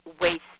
waste